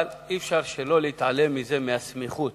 אבל אי-אפשר להתעלם מהסמיכות,